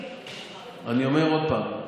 אני אומר עוד פעם: